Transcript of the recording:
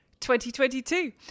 2022